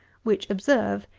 which, observe,